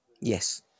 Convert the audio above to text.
Yes